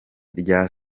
rya